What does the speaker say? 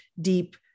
deep